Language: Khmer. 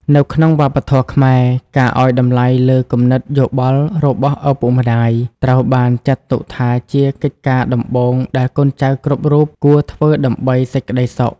នៅក្នុងវប្បធម៌ខ្មែរ ការឱ្យតម្លៃលើគំនិតយោបល់របស់ឪពុកម្ដាយ ត្រូវបានចាត់ទុកថាជាកិច្ចការដំបូងដែលកូនចៅគ្រប់រូបគួរធ្វើដើម្បីសេចក្ដីសុខ។